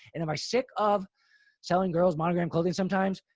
and am i sick of selling girls monogram clothing sometimes.